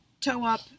toe-up